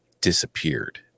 disappeared